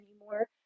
anymore